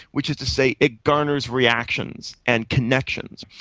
which is to say it garners reactions and connections,